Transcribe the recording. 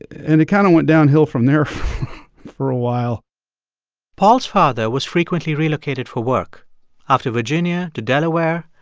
and it kind of went downhill from there for a while paul's father was frequently relocated for work after virginia, to delaware,